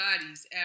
bodies